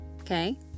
okay